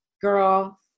Girl